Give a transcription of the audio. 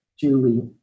Julie